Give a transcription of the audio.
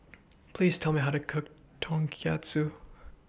Please Tell Me How to Cook Tonkatsu